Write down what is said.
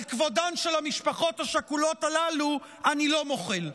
על כבודן של המשפחות השכולות הללו אני לא מוחל,